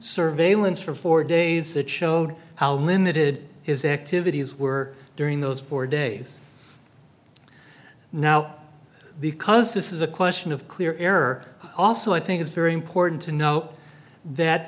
once for four days that showed how limited his activities were during those four days now because this is a question of clear error also i think it's very important to know that